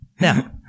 Now